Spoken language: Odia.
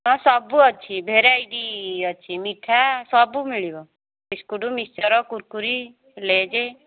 ହଁ ସବୁ ଅଛି ଭେରାଇଟି ଅଛି ମିଠା ସବୁ ମିଳିବ ବିସ୍କୁଟ୍ ମିକ୍ସଚର୍ କୁୁରକୁରି ଲେଜ୍